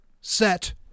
set